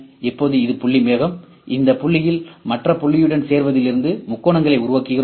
இப்போது இது புள்ளி மேகம் இந்த புள்ளியில் மற்ற புள்ளியுடன் சேருவதிலிருந்து முக்கோணங்களை உருவாக்குகிறோம்